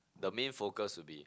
the main focus would be